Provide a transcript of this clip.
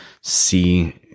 see